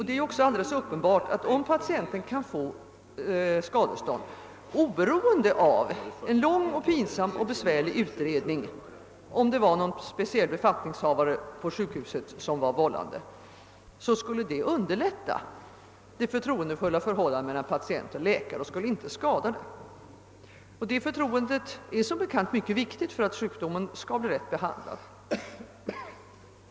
Det är också alldeles uppenbart, att om patienten kan få skadestånd oberoende av en lång och pinsam och besvärlig utredning av om det var någon speciell befattningshavare på sjukhuset som var vållande, så skulle det främja det förtroendefulla förhållandet mellan patient och läka re och inte skada det. Det förtroendet är som bekant mycket viktigt för att sjukdomen skall bli rätt behandlad.